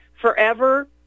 forever